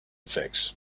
fix